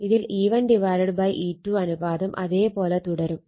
ഇതിൽ E1 E2 അനുപാതം അതേ പോലെ തുടരും